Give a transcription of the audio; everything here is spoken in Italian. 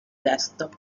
desktop